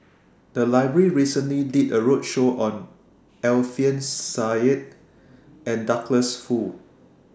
The Library recently did A roadshow on Alfian Sa'at and Douglas Foo